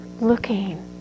looking